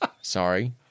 Sorry